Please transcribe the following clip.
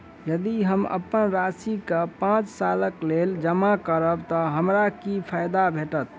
यदि हम अप्पन राशि केँ पांच सालक लेल जमा करब तऽ हमरा की फायदा भेटत?